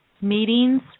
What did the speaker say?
meetings